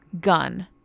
gun